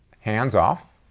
hands-off